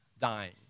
dying